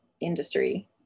industry